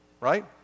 right